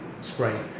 spray